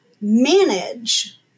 manage